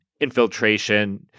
infiltration